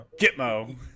Gitmo